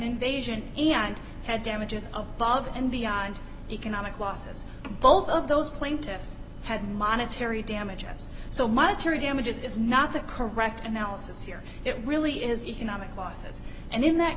invasion and had damages above and beyond economic losses both of those plaintiffs had monetary damages so monetary damages is not the correct analysis here it really is economic losses and in that